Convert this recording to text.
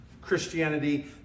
Christianity